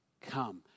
come